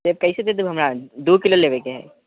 सेव कैसे दे देबू हमरा दू किलो लेबैके हइ